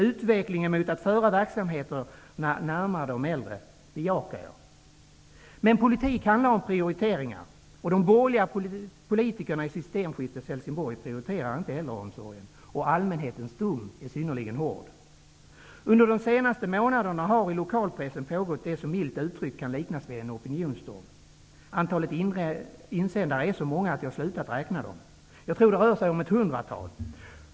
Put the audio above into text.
Utvecklingen mot att föra verksamheten närmare de äldre bejakar jag. Politik handlar om prioriteringar, och de borgerliga politikerna i systemskiftets Helsingborg prioriterar inte äldreomsorgen. Allmänhetens dom är synnerligen hård. Under de senaste månaderna har det i lokalpressen pågått vad som milt uttryckt kan liknas vid en opinionsstorm. Insändarna är så många att jag slutat räkna dem. Jag tror att det rör sig om ett hundratal.